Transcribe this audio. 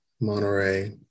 Monterey